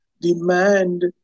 demand